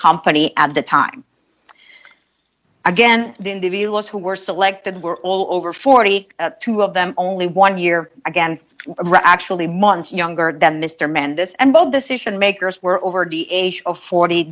company at the time again the individuals who were selected were all over forty two of them only one year again or actually months younger than mister mann this and both decision makers were over d age of forty